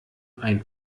einen